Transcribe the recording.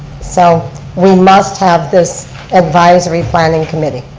so we must have this advisory planning committee.